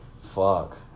fuck